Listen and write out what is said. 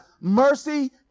Mercy